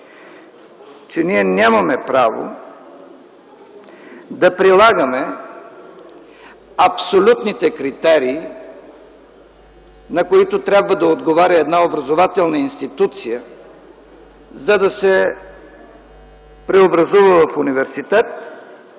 че ние нямаме право да прилагаме абсолютните критерии, на които трябва да отговаря една образователна институция, за да се преобразува в университет,